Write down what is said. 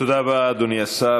תודה רבה, אדוני השר.